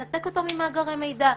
מנתק אותו מאגרי מידע.